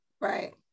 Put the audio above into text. right